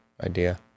idea